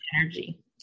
energy